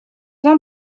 ans